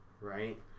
right